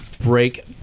break